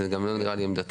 וזו גם לא נראית לי עמדתך.